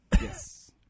Yes